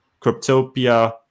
Cryptopia